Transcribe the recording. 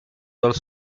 dal